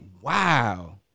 wow